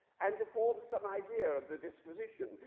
and to form some idea of the disposition,